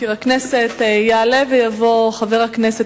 יעלה ויבוא חבר הכנסת